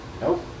Nope